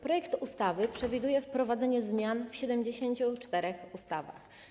Projekt ustawy przewiduje wprowadzenie zmian w 74 ustawach.